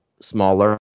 smaller